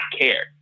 care